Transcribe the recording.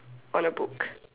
on a book